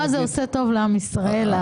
איך זה עושה טוב לעם ישראל.